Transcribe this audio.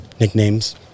nicknames